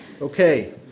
Okay